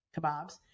kebabs